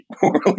poorly